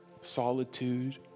solitude